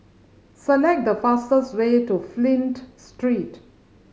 select the fastest way to Flint Street